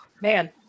man